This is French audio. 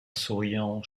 souriant